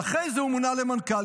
ואחרי זה הוא מונה למנכ"ל.